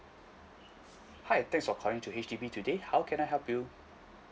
hi thanks for calling to H_D_B today how can I help you